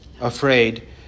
afraid